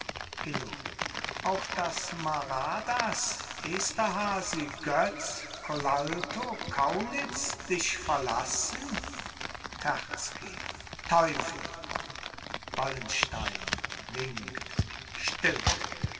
auch daß maradas esterhazy götz colalto kaunitz dich verlassen terzky teufel wallenstein winkt still